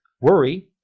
worry